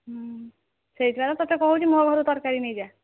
ହୁଁ ସେଇଥିପାଇଁ ତ ତତେ କହୁଛି ମୋ ଘରୁ ତରକାରୀ ନେଇଯା